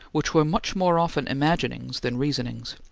which were much more often imaginings than reasonings,